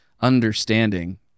understanding